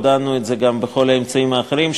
הודענו את זה גם בכל האמצעים האחרים,